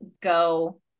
go